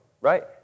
Right